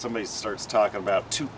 somebody starts talking about two